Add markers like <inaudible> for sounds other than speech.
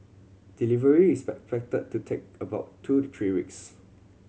delivery is <unintelligible> to take about two to three weeks